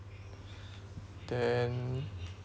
then